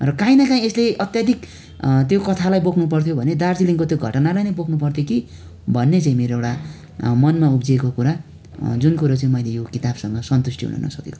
र काहीँ न काहीँ यसले अत्याधिक त्यो कथालाई बोक्नु पर्थ्यो भने दार्जिलिङको त्यो घटनालाई नै बोक्नु पर्थ्यो कि भन्ने चाहिँ मेरो एउटा मनमा उब्जेको कुरा जुन कुरो चाहिँ मैले यो कितापसँग सन्तुष्टि हुन नसकेको कुरा